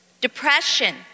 Depression